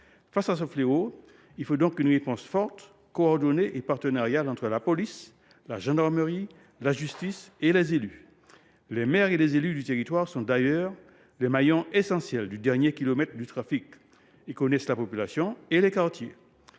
Face à ce fléau, il faut une réponse forte, coordonnée et partenariale entre la police, la gendarmerie, la justice et les élus. Les maires et les élus des territoires sont d’ailleurs les maillons essentiels du dernier kilomètre du trafic. Ils connaissent la population et les quartiers.